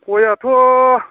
गयआथ'